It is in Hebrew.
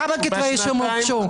כמה כתבי אישום הוגשו?